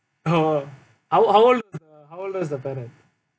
oh how old how old the how old is the parrot